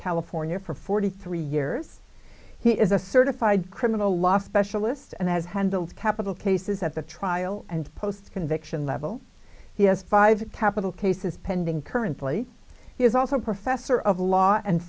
california for forty three years he is a certified criminal law specialist and has handled capital cases at the trial and post conviction level he has five capital cases pending currently he is also professor of law and